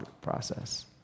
process